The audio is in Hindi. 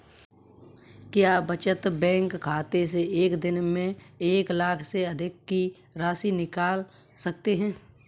क्या बचत बैंक खाते से एक दिन में एक लाख से अधिक की राशि निकाल सकते हैं?